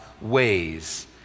ways